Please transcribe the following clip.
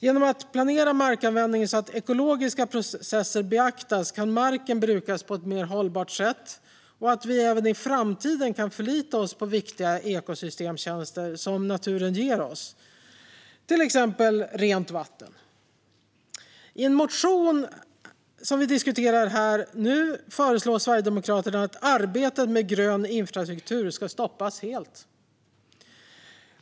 Genom att planera markanvändning så att ekologiska processer beaktas kan marken brukas på ett mer hållbart sätt så att vi även i framtiden kan förlita oss på viktiga ekosystemtjänster som naturen ger oss, till exempel rent vatten. I en motion som vi diskuterar nu föreslår Sverigedemokraterna att arbetet med grön infrastruktur ska stoppas helt.